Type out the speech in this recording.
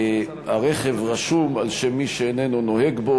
הרכב רשום על שם מי שאיננו נוהג בו.